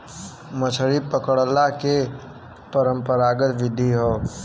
मछरी पकड़ला के परंपरागत विधि हौ